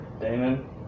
Damon